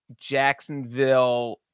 Jacksonville